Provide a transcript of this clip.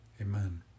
Amen